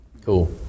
Cool